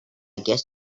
guess